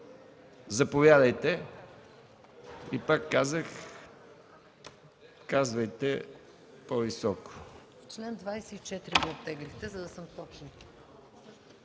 Заповядайте. И пак казвам, говорете по-високо.